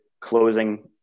closing